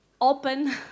open